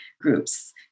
groups